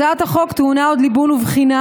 הצעת החוק טעונה עוד ליבון ובחינה,